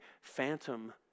phantom